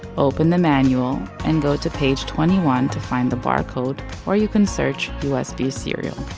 open the manual and go to page twenty one to find the barcode or you can search usb serial.